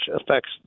affects